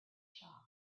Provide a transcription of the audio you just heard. shop